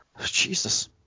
Jesus